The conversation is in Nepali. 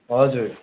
हजुर